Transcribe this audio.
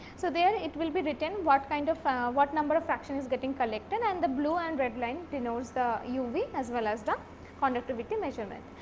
so, there it will be written what kind of what number of fraction is getting collected and the blue and red line denotes the uv as well as the conductivity measurement.